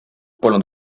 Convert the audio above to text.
polnud